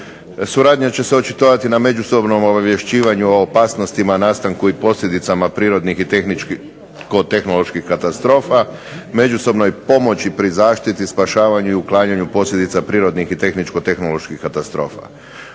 Suradnja će se očitovati na međusobnom obavješćivanju o opasnostima, nastanku i posljedicama prirodnih i tehničkih …/Ne razumije se./… tehnoloških katastrofa, međusobnoj pomoći pri zaštiti, spašavanju i uklanjanju posljedica prirodnih i tehničko-tehnoloških katastrofa.